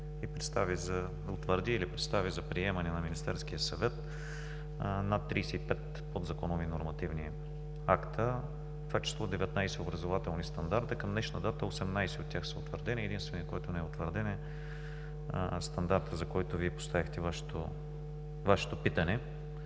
и представи за приемане на Министерския съвет над 35 подзаконови нормативни акта, в това число и 19 образователни стандарта. Към днешна дата 18 от тях са утвърдени. Единственият, който не е утвърден, е стандартът, за който Вие поставихте питане.